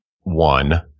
one